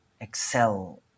excel